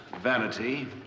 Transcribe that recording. vanity